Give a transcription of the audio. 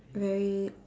very